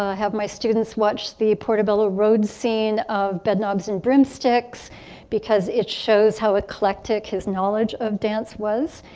ah have my students watched the portobello road scene of bedknobs and broomsticks because it shows how eclectic his knowledge of dance was.